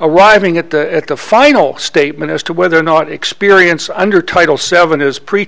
arriving at the at the final statement as to whether or not experience under title seven is